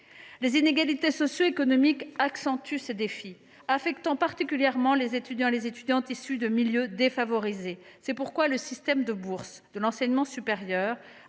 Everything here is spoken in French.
Les inégalités socio économiques accentuent ces défis, affectant particulièrement les étudiants issus de milieux défavorisés. C’est pourquoi le système de bourses de l’enseignement supérieur